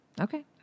Okay